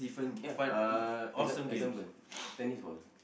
ya uh exam example tennis ball